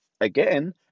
again